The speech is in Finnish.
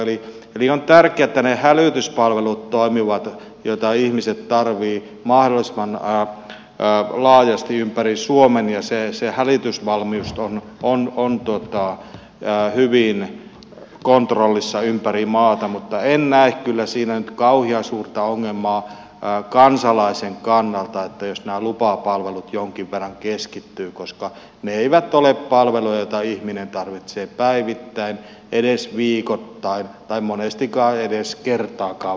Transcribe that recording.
eli on tärkeätä että ne hälytyspalvelut toimivat joita ihmiset tarvitsevat mahdollisimman laajasti ympäri suomen ja että se hälytysvalmius on hyvin kontrollissa ympäri maata mutta en näe kyllä siinä nyt kauhean suurta ongelmaa kansalaisen kannalta jos nämä lupapalvelut jonkin verran keskittyvät koska ne eivät ole palveluja joita ihminen tarvitsee päivittäin edes viikoittain tai monesti edes kertaakaan vuodessa